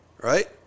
right